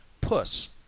Puss